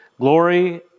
glory